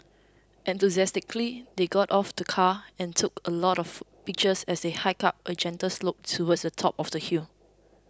enthusiastically they got out of the car and took a lot of pictures as they hiked up a gentle slope towards the top of the hill